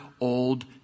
Old